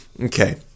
okay